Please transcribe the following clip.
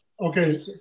Okay